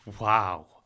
Wow